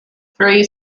three